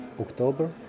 October